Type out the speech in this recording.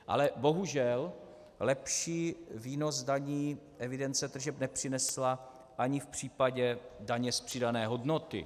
Ale bohužel lepší výnos daní evidence tržeb nepřinesla ani v případě daně z přidané hodnoty.